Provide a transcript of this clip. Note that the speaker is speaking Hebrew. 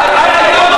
אחרי החוק.